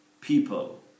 people